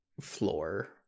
floor